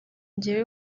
jyewe